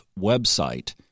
website